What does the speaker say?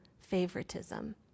favoritism